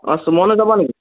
অঁ সুমনো যাব নেকি